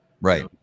Right